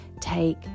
take